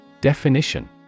definition